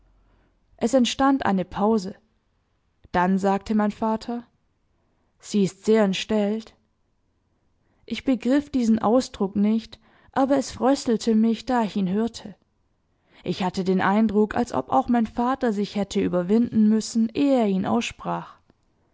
es entstand eine pause dann sagte mein vater sie ist sehr entstellt ich begriff diesen ausdruck nicht aber es fröstelte mich da ich ihn hörte ich hatte den eindruck als ob auch mein vater sich hätte überwinden müssen ehe er ihn aussprach